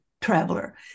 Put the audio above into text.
traveler